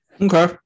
Okay